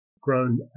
grown